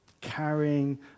carrying